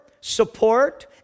support